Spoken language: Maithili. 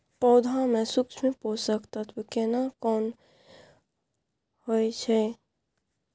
पौधा में सूक्ष्म पोषक तत्व केना कोन होय छै?